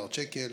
שקל.